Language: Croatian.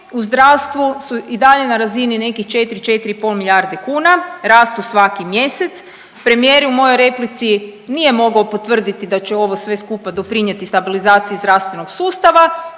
u zdravstvu su i dalje na razini nekih 4-4,5 milijardi kuna, rastu svaki mjesec, premijer je u mojoj replici nije mogao potvrditi da će ovo sve skupa doprinijeti stabilizaciji zdravstvenog sustava